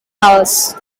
hours